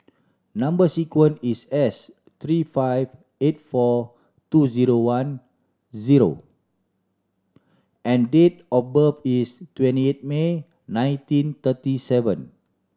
number sequence is S three five eight four two zero one zero and date of birth is twenty eight May nineteen thirty seven